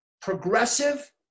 progressive